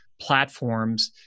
platforms